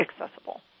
accessible